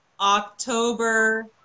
October